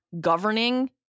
governing